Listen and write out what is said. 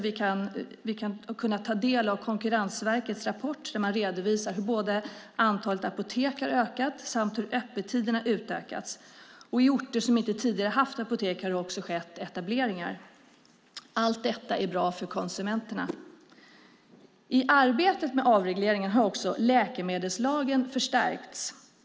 Vi har kunnat ta del av Konkurrensverkets rapport där man redovisar hur antalet apotek har ökat samt hur öppettiderna utökats. I orter som tidigare inte har haft apotek har det också skett etableringar. Allt detta är bra för konsumenterna. I arbetet med avregleringen har läkemedelslagen förstärkts.